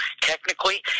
technically